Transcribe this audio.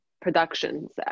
productions